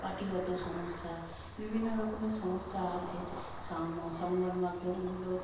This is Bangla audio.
পার্টিগত সমস্যা বিভিন্ন রকমের সমস্যা আছে সংবাদমাধ্যমগুলো